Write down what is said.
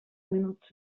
minuts